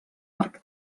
arc